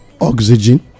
oxygen